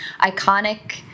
iconic